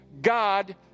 God